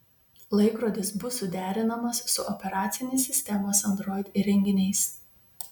laikrodis bus suderinamas su operacinės sistemos android įrenginiais